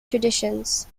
traditions